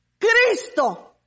Cristo